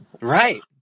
right